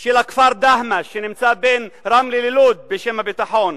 של הכפר דהמש, שנמצא בין רמלה ללוד, בשם הביטחון,